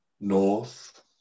north